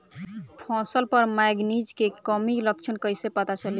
फसल पर मैगनीज के कमी के लक्षण कईसे पता चली?